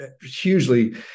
hugely